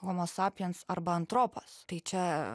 homo sapiens arba antropos tai čia